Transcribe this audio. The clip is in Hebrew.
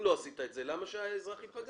אם לא עשית את זה, למה שהאזרח ייפגע?